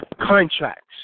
Contracts